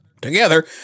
together